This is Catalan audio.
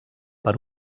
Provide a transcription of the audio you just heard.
per